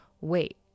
wait